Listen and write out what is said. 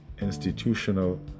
institutional